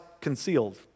concealed